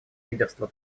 лидерство